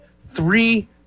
three